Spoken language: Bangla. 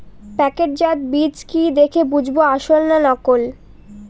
প্যাকেটজাত বীজ কি দেখে বুঝব আসল না নকল?